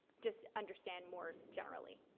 just understand more generally.